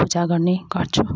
पूजा गर्ने गर्छु